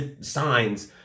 signs